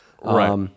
Right